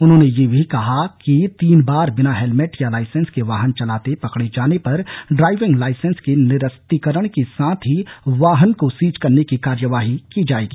उन्होने यह भी कहा है कि तीन बार बिना हैलमेट या लाइसेन्स के वाहन चलाते पकड़े जाने पर ड्राइविगं लाईसेन्स के निरस्तीकरण के साथ ही वाहन को सीज करने की कार्यवाही की जायेगी